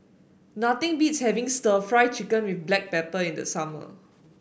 nothing beats having stir Fry Chicken with Black Pepper in the summer